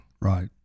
Right